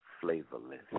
flavorless